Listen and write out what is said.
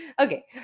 okay